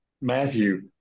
Matthew